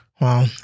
Wow